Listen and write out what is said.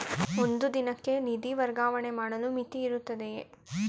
ಒಂದು ದಿನಕ್ಕೆ ನಿಧಿ ವರ್ಗಾವಣೆ ಮಾಡಲು ಮಿತಿಯಿರುತ್ತದೆಯೇ?